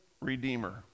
redeemer